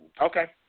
Okay